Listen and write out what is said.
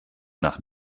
nach